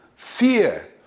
Fear